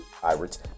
Pirates